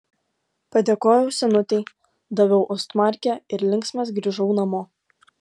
padėkojau senutei daviau ostmarkę ir linksmas grįžau namo